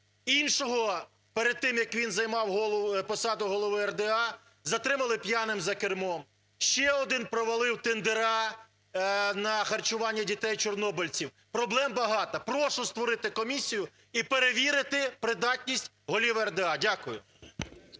іншого, перед тим, як він займав голову, посаду голови РДА, затримали п'яним за кермом. Ще один провалив тендера на харчування дітей-чорнобильців. Проблем багато. Прошу створити комісію і перевірити придатність голів РДА. Дякую.